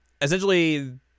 essentially